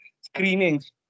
screenings